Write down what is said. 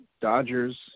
Dodgers